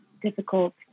difficult